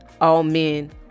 all-men